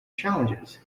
challenges